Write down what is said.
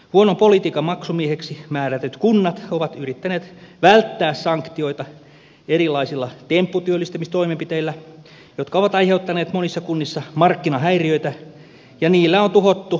huonon politiikan maksumieheksi määrätyt kunnat ovat yrittäneet välttää sanktioita erilaisilla tempputyöllistämistoimenpiteillä jotka ovat aiheuttaneet monissa kunnissa markkinahäiriöitä ja niillä on tuhottu oikeita työpaikkojakin